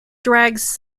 drags